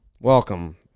Welcome